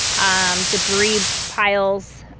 um debris piles